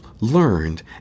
learned